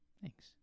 Thanks